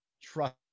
trust